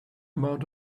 amount